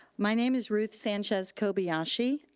my name is ruth sanchez kobiyashi.